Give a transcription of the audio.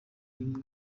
bimwe